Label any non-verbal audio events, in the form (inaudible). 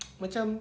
(noise) macam